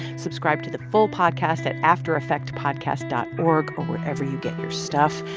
subscribe to the full podcast at aftereffectpodcast dot org or whatever you get your stuff.